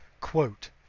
quote